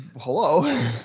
Hello